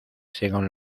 según